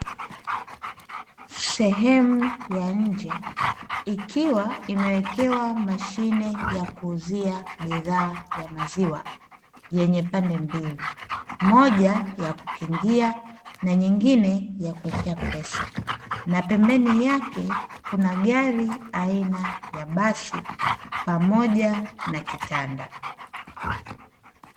Sehemu ya nje ikiwa imewekewa mashine ya kuuzia bidhaa ya maziwa yenye pande mbili, moja ya kukingia na nyingine ya kuwekea pesa. Na pembeni yake kuna gari aina ya basi pamoja na kitanda.